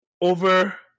Over